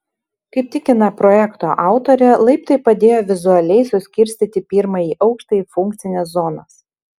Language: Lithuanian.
kaip tikina projekto autorė laiptai padėjo vizualiai suskirstyti pirmąjį aukštą į funkcines zonas